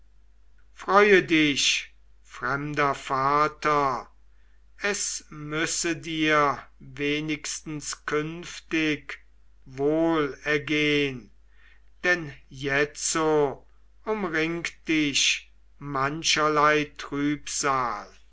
freue dich fremder vater es müsse dir wenigstens künftig wohl ergehn denn jetzo umringt dich mancherlei trübsal